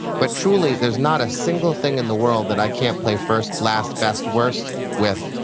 but truly, there's not a single thing in the world that i can't play first, last, best, worst with,